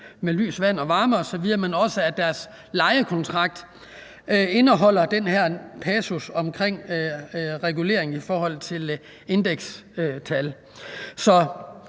til lys, vand og varme osv., men også, at deres lejekontrakt indeholder den her passus omkring regulering i forhold til indekstal.